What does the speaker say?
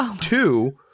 Two